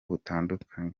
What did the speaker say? butandukanye